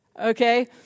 Okay